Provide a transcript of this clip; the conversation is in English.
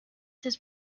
his